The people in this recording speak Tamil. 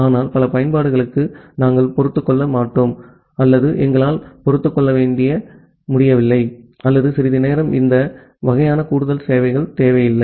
ஆனால் பல பயன்பாடுகளுக்கு நாங்கள் பொறுத்துக்கொள்ள மாட்டோம் அல்லது எங்களால் பொறுத்துக்கொள்ள முடியவில்லை அல்லது சிறிது நேரம் இந்த வகையான கூடுதல் சேவைகள் தேவையில்லை